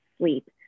sleep